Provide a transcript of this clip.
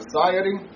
society